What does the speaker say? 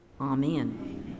amen